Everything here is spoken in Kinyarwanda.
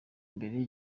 mbere